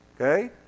Okay